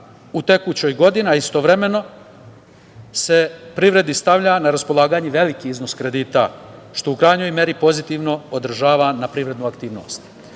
u tekućoj godini, a istovremeno se privredi stavlja na raspolaganje veliki iznos kredita, što se u krajnjoj meri pozitivno odražava na privrednu aktivnost. Ovo